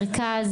מרכז,